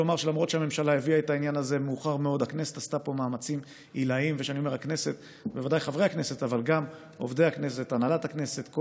זה